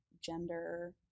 gender